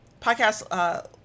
podcast